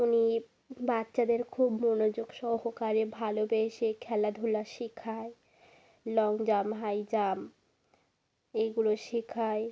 উনি বাচ্চাদের খুব মনোযোগ সহকারে ভালোবেসে খেলাধুলা শিখায় লং জাম্প হাই জাম্প এইগুলো শেখায়